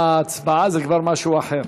בהצבעה זה כבר משהו אחר.